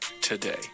today